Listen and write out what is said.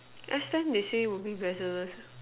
last time they say would be better